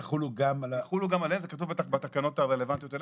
זה כתוב בתקנות הרלוונטיות,